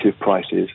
prices